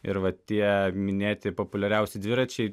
ir va tie minėti populiariausi dviračiai